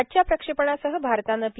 आजच्या प्रक्षेपणासह भारतानं पी